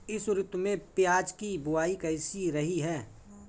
इस ऋतु में प्याज की बुआई कैसी रही है?